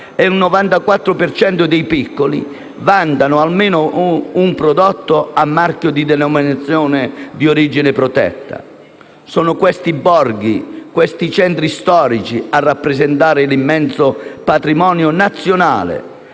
cento dei piccoli vantano almeno un prodotto con marchio di denominazione di origine protetta (DOP). Sono questi borghi, questi centri storici a rappresentare l'immenso patrimonio nazionale